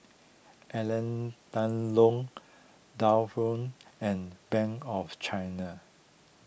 Alain Delon and Bank of China